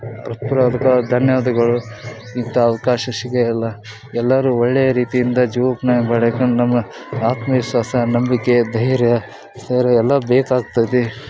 ಹೃತ್ಪೂರ್ವಕವಾದ ಧನ್ಯವಾದಗಳು ಇಂಥ ಅವಕಾಶ ಸಿಗೋದಿಲ್ಲ ಎಲ್ಲರೂ ಒಳ್ಳೆ ರೀತಿಯಿಂದ ಜೀವಕ್ನಾ ಪಡ್ಕೊಂಡು ನಮ್ಮ ಆತ್ಮವಿಶ್ವಾಸ ನಂಬಿಕೆ ಧೈರ್ಯ ಸೇರಿ ಎಲ್ಲ ಬೇಕಾಗ್ತದೆ